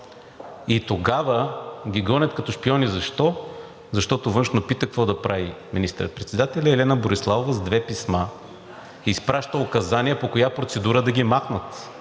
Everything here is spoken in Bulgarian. И тогава ги гонят като шпиони. Защо? Защото Външно пита какво да прави министър-председателя и Лена Бориславова с две писма изпраща указания по коя процедура да ги махнат.